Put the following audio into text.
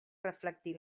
reflectir